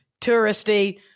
touristy